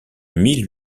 mille